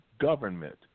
government